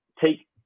take